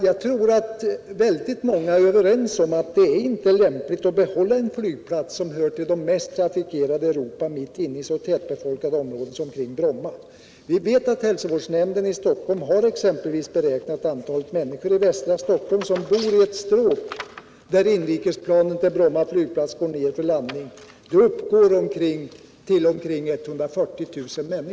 Jag tror att väldigt många håller med mig om att det inte är lämpligt att behålla en flygplats som hör till de mest trafikerade i Europa mitt inne i ett så tättbefolkat område som Bromma. Hälsovårdsnämnden i Stockholm har beräknat att antalet människor som bor i ett stråk över vilket inrikesplanen går ned för landning på Bromma flygplats uppgår till omkring 140 000.